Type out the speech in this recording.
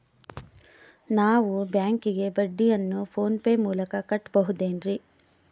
ನಾವು ಬ್ಯಾಂಕಿಗೆ ಬಡ್ಡಿಯನ್ನು ಫೋನ್ ಪೇ ಮೂಲಕ ಕಟ್ಟಬಹುದೇನ್ರಿ?